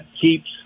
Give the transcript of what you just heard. keeps